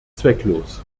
zwecklos